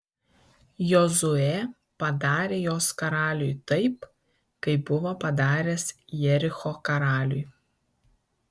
jozuė padarė jos karaliui taip kaip buvo padaręs jericho karaliui